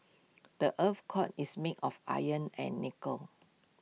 the Earth's core is made of iron and nickel